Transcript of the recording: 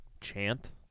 chant